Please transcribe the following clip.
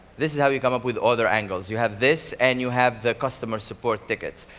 this is how you come up with other angles. you have this and you have the customer support tickets.